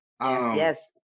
Yes